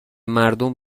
مردم